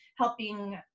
helping